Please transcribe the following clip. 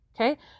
Okay